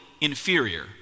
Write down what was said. inferior